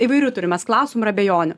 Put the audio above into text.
įvairių turim mes klausimų ir abejonių